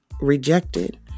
rejected